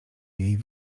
jej